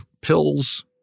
pills